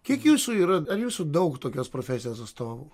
kiek jūsų yra ar jūsų daug tokios profesijos atstovų